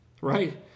right